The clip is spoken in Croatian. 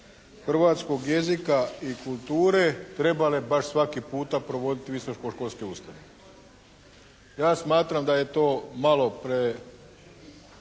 hrvatskog jezika i kulture trebale baš svaki puta provoditi visokoškolske ustanove. Ja smatram da je to malo